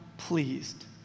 pleased